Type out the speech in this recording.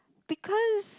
because